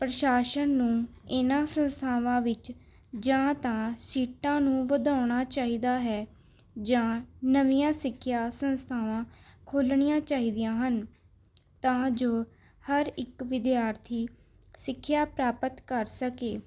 ਪ੍ਰਸ਼ਾਸਨ ਨੂੰ ਇਹਨਾਂ ਸੰਸਥਾਵਾਂ ਵਿੱਚ ਜਾਂ ਤਾਂ ਸੀਟਾਂ ਨੂੰ ਵਧਾਉਣਾ ਚਾਹੀਦਾ ਹੈ ਜਾਂ ਨਵੀਆਂ ਸਿੱਖਿਆ ਸੰਸਥਾਵਾਂ ਖੋਲਣੀਆਂ ਚਾਹੀਦੀਆਂ ਹਨ ਤਾਂ ਜੋ ਹਰ ਇੱਕ ਵਿਦਿਆਰਥੀ ਸਿੱਖਿਆ ਪ੍ਰਾਪਤ ਕਰ ਸਕੇ